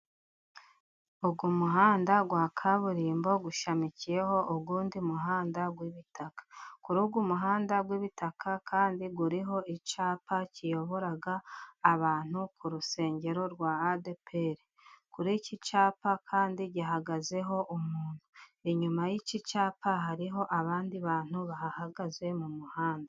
Uyu umuhanda wa kaburimbo ushamikiyeho undi muhanda w'ibitaka. Kuri uyu muhanda w'ibitaka kandi, uriho icyapa kiyobora abantu ku rusengero rwa adeperi. Kuri iki cyapa kandi gihagazeho umuntu. Inyuma y'iki cyapa hariho abandi bantu bahagaze mu muhanda.